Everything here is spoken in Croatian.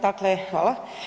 Dakle, hvala.